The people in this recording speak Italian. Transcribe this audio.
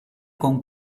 con